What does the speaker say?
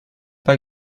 pas